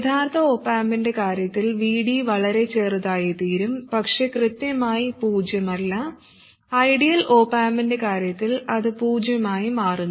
യഥാർത്ഥ ഓപ് ആമ്പിന്റെ കാര്യത്തിൽ Vd വളരെ ചെറുതായിത്തീരും പക്ഷേ കൃത്യമായി പൂജ്യമല്ല ഐഡിയൽ ഒപ് ആമ്പിന്റെ കാര്യത്തിൽ അത് പൂജ്യമായി മാറുന്നു